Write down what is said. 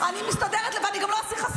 אני לא צריכה את הטובות שלכם.